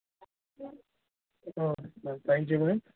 okay ma'am thank you ma'am